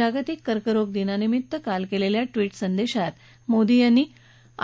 जागतिक कर्करोग दिनानिमित्त काल केलेल्या ट्विट संदेशात मोदी यांनी